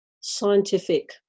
scientific